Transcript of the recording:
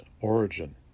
origin